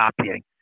copying